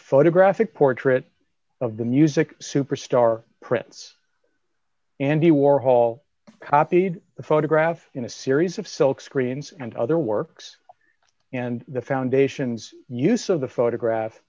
photographic portrait of the music superstar prince andy warhol copied the photograph in a series of silkscreens and other works and the foundation's use of the photograph